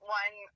one